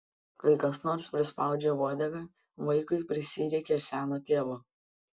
kai kas nors prispaudžia uodegą vaikui prisireikia seno tėvo